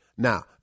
Now